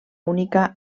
única